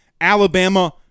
Alabama